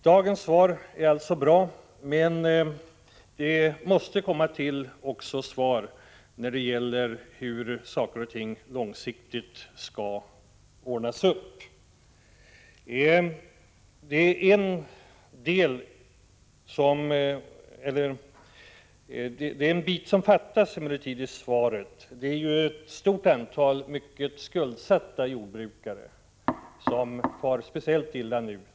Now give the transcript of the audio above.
Dagens svar är alltså bra, men det måste också komma till svar när det gäller hur saker och ting långsiktigt skall ordnas upp. Emellertid är det en bit som fattas i svaret. Det är ett stort antal mycket skuldsatta jordbrukare som far speciellt illa nu.